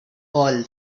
all